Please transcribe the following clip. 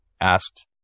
asked